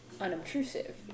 unobtrusive